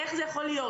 איך זה יכול להיות?